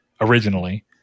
originally